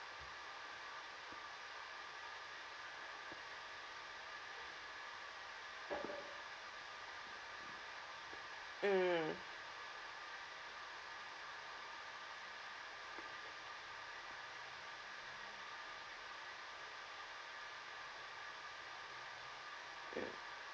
mm mm